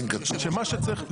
שמה שצריך,